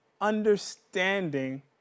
understanding